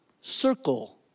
circle